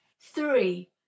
three